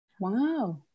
Wow